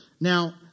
Now